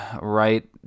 right